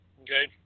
okay